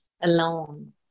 alone